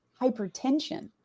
hypertension